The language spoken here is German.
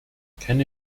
keine